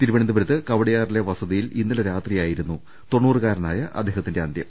തിരുവനന്തപുരത്ത് കവടിയാറിലെ വസതിയിൽ ഇന്നലെ രാത്രിയായി രുന്നു തൊണ്ണൂറുകാരനായ അദ്ദേഹത്തിന്റെ അന്ത്യം